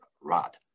rod